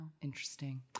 Interesting